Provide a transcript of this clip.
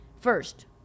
First